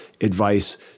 advice